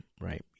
right